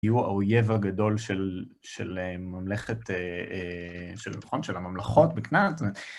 מי הוא האויב הגדול של ממלכת, של הממלכות בכנען.